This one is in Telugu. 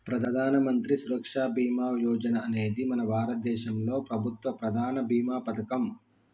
ప్రధానమంత్రి సురక్ష బీమా యోజన అనేది మన భారతదేశంలో ప్రభుత్వ ప్రధాన భీమా పథకం